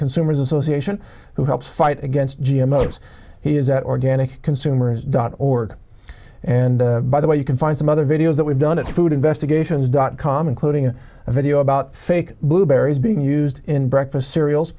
consumers association who helps fight against g m o foods he is at organic consumers dot org and by the way you can find some other videos that we've done at food investigations dot com including a video about fake blueberries being used in breakfast cereals